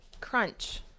Crunch